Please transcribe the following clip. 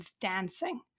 dancing